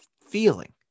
feeling